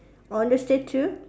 on the statue